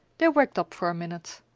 they waked up for a minute.